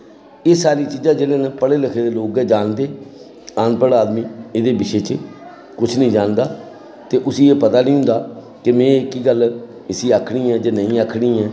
एह् सारी चीजां जेह्ड़े न पढ़े लिखे दे गै लोग जानदे अनपढ़ आदमी एह्दे बिशे च कुछ निं जानदा ते उस्सी एह् पता निं होंदा कि में एह्की गल्ल इस्सी आखनी ऐ जां नेईं आखनी ऐ